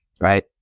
right